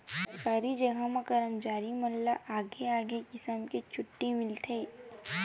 सरकारी जघा म करमचारी मन ला अलगे अलगे किसम के छुट्टी मिलथे